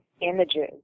images